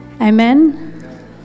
Amen